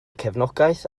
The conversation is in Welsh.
cefnogaeth